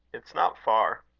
it's not far.